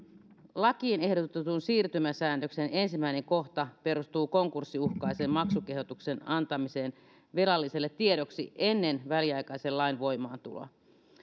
lakiin ehdotetun siirtymäsäännöksen ensimmäinen kohta perustuu konkurssiuhkaisen maksukehotuksen antamiseen velalliselle tiedoksi ennen väliaikaisen lain voimaantuloa